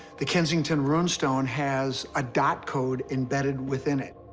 the kensington rune stone has a dot code embedded within it.